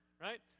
right